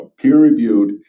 peer-reviewed